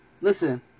listen